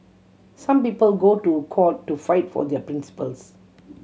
some people go to court to fight for their principles